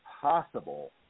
possible